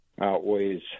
outweighs